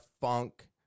funk